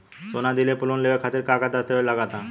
सोना दिहले पर लोन लेवे खातिर का का दस्तावेज लागा ता?